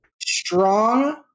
Strong